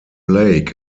lake